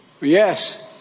Yes